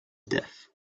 death